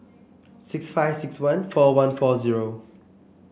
six five six one four one four zero